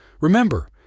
Remember